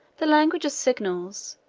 the language of signals,